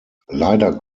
leider